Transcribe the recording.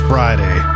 Friday